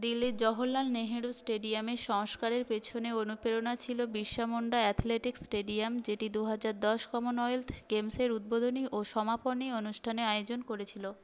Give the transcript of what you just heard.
দিল্লির জওহরলাল নেহেরু স্টেডিয়ামের সংস্কারের পেছনে অনুপ্রেরণা ছিল বিরসা মুন্ডা অ্যাথলেটিক্স স্টেডিয়াম যেটি দু হাজার দশ কমনওয়েলথ গেমসের উদ্বোধনী ও সমাপনী অনুষ্ঠানে আয়োজন করেছিল